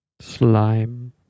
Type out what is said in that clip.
Slime